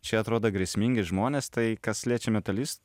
šie atrodo grėsmingi žmonės tai kas liečia metalis